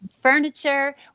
furniture